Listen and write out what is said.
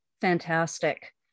Fantastic